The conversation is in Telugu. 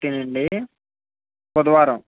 ఓకే అండి బుధవారం